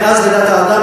מאז לידת האדם,